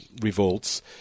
revolts